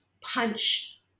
punch